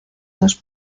dos